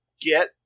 get